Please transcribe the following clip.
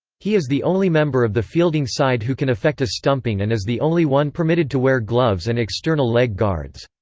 he is the only member of the fielding side who can effect a stumping and is the only one permitted to wear gloves and external leg guards.